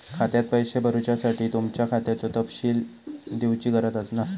खात्यात पैशे भरुच्यासाठी तुमच्या खात्याचो तपशील दिवची गरज नसता